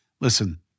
Listen